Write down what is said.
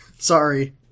Sorry